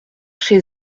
chez